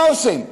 מה עושים?